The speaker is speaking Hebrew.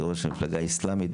כראש המפלגה האסלאמית,